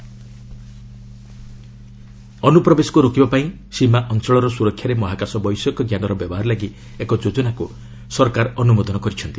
ଆର ଏସ୍ ଇନଟ୍ରଜନ୍ ଅନୁପ୍ରବେଶକୁ ରୋକିବା ପାଇଁ ସୀମା ଅଞ୍ଚଳର ସୁରକ୍ଷାରେ ମହାକାଶ ବୈଷୟିକ ଜ୍ଞାନର ବ୍ୟବହାର ଲାଗି ଏକ ଯୋଜନାକୁ ସରକାର ଅନୁମୋଦନ କରିଛନ୍ତି